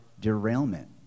derailment